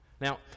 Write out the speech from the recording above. Now